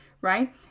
right